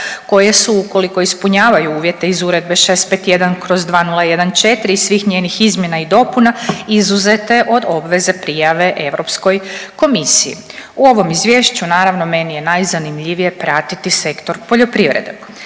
koje su ukoliko ispunjavaju uvjete iz Uredbe 651/2014 i svih njenih izmjena i dopuna izuzete od obveze prijave Europskoj komisiji. U ovom izvješću naravno meni je najzanimljivije pratiti sektor poljoprivrede.